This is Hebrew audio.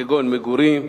כגון מגורים,